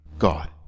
God